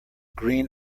green